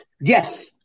Yes